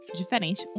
diferente